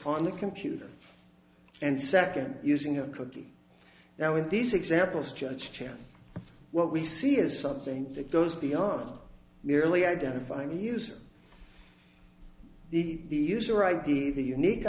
on the computer and second using a cookie now in these examples judge chance what we see is something that goes beyond merely identifying the user the user id the unique